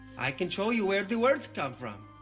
i can show you where the words come from.